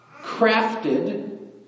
crafted